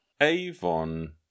Avon